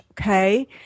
Okay